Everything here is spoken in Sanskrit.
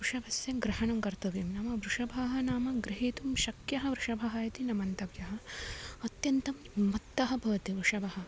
वृषभस्य ग्रहणं कर्तव्यं नाम वृषभं नाम ग्रहीतुं शक्यः वृषभः इति न मन्तव्यः अत्यन्तं मत्तः भवति वृषभः